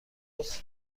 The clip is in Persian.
لطفا